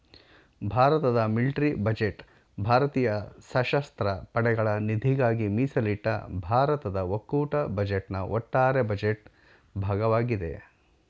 ಭಾರತದ military budget ಭಾರತೀಯ ಸಶಸ್ತ್ರ ಪಡೆಗಳ ನಿಧಿಗಾಗಿ ಮೀಸಲಿಟ್ಟ ಭಾರತದ ಒಕ್ಕೂಟ ಬಜೆಟ್ನ ಒಟ್ಟಾರೆ ಬಜೆಟ್ ಭಾಗವಾಗಿದೆ